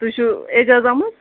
تُہۍ چھِوٕ اعجاز احمد